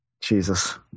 Jesus